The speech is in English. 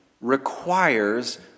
requires